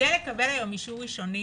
היום אישור ראשוני